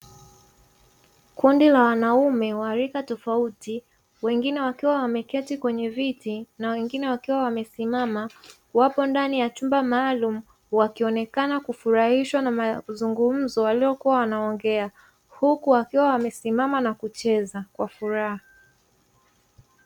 Kundi la wanaume wa rika tofauti, wengine wakiwa wameketi kwenye viti na wengine wakiwa wamesimama; wapo ndani ya chumba maalumu wakionekana kufurahishwa na mazungumzo waliyokuwa wanaongea, huku wakiwa wamesimama na kucheza kwa furaha.